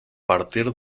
partir